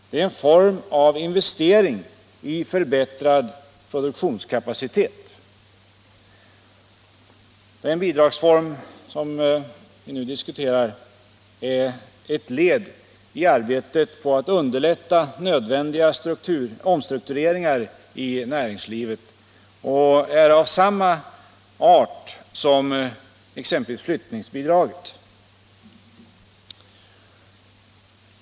Det är en form av investering i förbättrad produktionskapacitet. Den bidragsform vi nu diskuterar är ett led i arbetet på att underlätta nödvändiga omstruktureringar i näringslivet och är av samma art som exempelvis flyttningsbidraget.